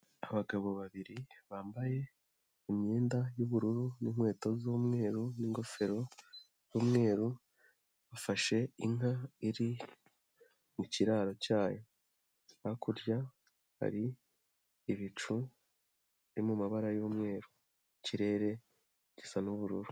Abagabo babiri bambaye imyenda y'ubururu n'inkweto z'umweru n'ingofero y'umweru, bafashe inka iri mu kiraro cyayo. Hakurya hari ibicu biri mu mabara y'umweru, ikirere gisa n'ubururu.